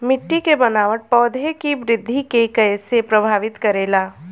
मिट्टी के बनावट पौधों की वृद्धि के कईसे प्रभावित करेला?